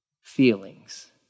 feelings